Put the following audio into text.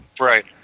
Right